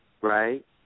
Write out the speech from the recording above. Right